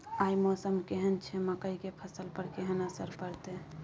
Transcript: आय मौसम केहन छै मकई के फसल पर केहन असर परतै?